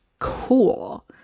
Cool